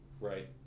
right